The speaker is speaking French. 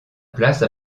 place